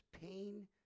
pain